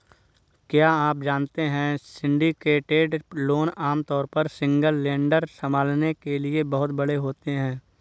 क्या आप जानते है सिंडिकेटेड लोन आमतौर पर सिंगल लेंडर संभालने के लिए बहुत बड़े होते हैं?